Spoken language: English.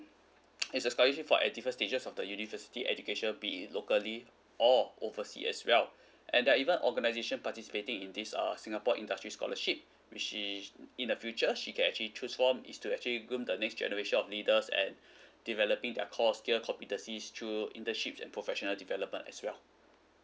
it's a scholarship for at different stages of the university education be it locally or oversea as well and there even organisation participating in this err singapore industry scholarship which she in the future she can actually choose from it's to actually groom the next generation of leaders and developing their core skill competencies through internships and professional development as well